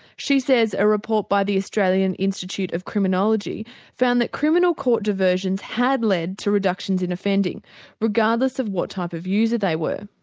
she says a report by the australian institute of criminology found that criminal court diversions had led to reductions in offending regardless of what type of user they were.